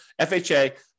FHA